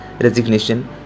resignation